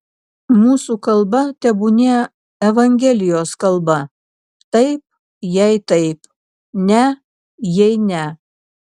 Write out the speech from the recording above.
mūsų kalba tebūnie evangelijos kalba taip jei taip ne jei ne